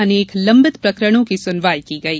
अनेक लंबित प्रकरणों की सुनवाई की गई